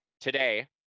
today